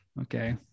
Okay